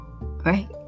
right